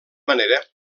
manera